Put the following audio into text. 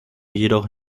jedoch